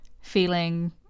feeling